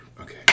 Okay